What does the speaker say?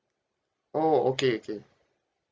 oh okay okay